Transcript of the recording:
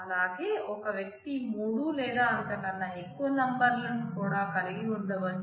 అలాగే ఒక వ్యక్తి మూడు లేదా అంతకన్న ఎక్కువ నంబర్లను కూడా కలిగి ఉండవచ్చు